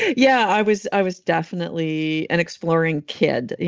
yeah. i was i was definitely an exploring kid, yeah